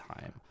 time